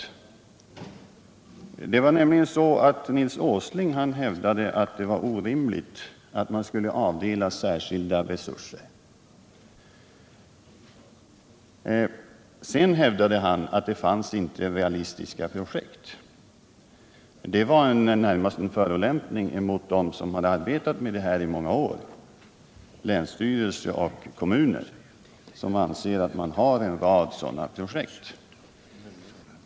Hon anslöt sig till industriministerns linje. Nils Åsling hävdade nämligen att det skulla vara orimligt att avdela särskilda resurser i detta sammanhang. Vidare hävdade han att det inte fanns realistiska projekt. Det var närmast en förolämpning mot dem som hade arbetat med dessa frågor i många år inom länsstyrelse och kommuner. Man anser där att man har en rad sådana projekt.